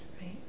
right